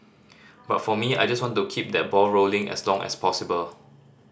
but for me I just want to keep that ball rolling as long as possible